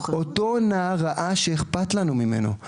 אותו נער ראה שאכפת לנו ממנו,